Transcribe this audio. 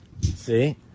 See